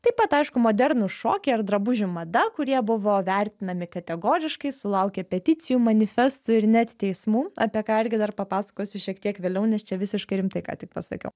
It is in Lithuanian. taip pat aišku modernūs šokiai ar drabužių mada kurie buvo vertinami kategoriškai sulaukė peticijų manifestų ir net teismų apie ką irgi dar papasakosiu šiek tiek vėliau nes čia visiškai rimtai ką tik pasakiau